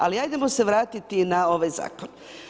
Ali ajdemo se vratiti na ovaj Zakon.